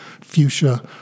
fuchsia